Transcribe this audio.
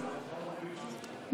7570, 7573 ו-7582,